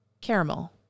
caramel